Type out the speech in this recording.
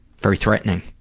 very threatening.